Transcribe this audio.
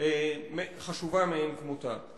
חשובה מאין כמותה.